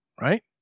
Right